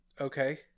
Okay